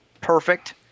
perfect